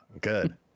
good